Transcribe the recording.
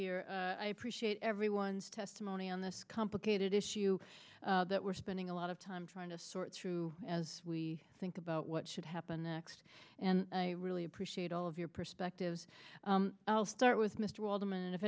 brief i appreciate everyone's testimony on this complicated issue that we're spending a lot of time trying to sort through as we think about what should happen next and i really appreciate all of your perspectives i'll start with mr alterman if